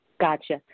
Gotcha